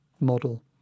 model